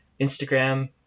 Instagram